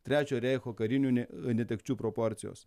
trečio reicho karinių ne netekčių proporcijos